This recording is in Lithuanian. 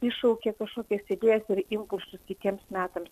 iššaukė kažkokias idėjas ir impulsus kitiems metams